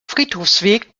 friedhofsweg